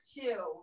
two